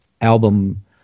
album